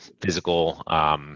physical